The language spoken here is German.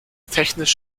technisch